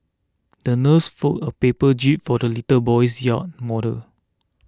the nurse folded a paper jib for the little boy's yacht model